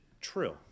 true